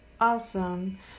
awesome